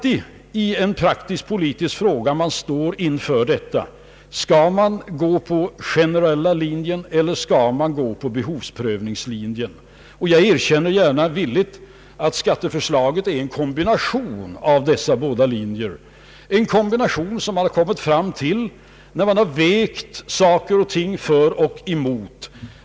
I praktisk politik ställs man alltid inför frågan: Skall vi gå med på den generella linjen eller på behovsprövningslinjen? Jag erkänner villigt att skatteförslaget är en kombination av dessa båda linjer, en kombination som man har kommit fram till efter att ha vägt saker och ting för och emot.